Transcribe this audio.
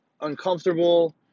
uncomfortable